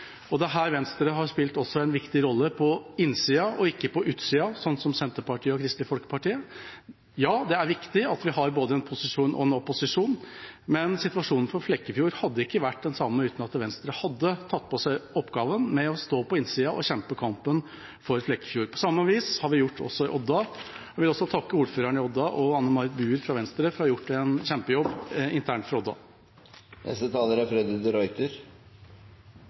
rolle, og her har også Venstre spilt en viktig rolle – på innsiden, og ikke på utsiden, slik som Senterpartiet og Kristelig Folkeparti. Ja, det er viktig at vi har både en posisjon og en opposisjon, men situasjonen for Flekkefjord hadde ikke vært den samme uten at Venstre hadde tatt på seg oppgaven med å stå på innsiden og kjempe kampen for Flekkefjord. På samme vis har vi gjort det i Odda, og jeg vil også takke ordføreren i Odda og Anne Marit Buer fra Venstre for å ha gjort en kjempejobb internt for